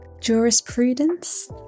jurisprudence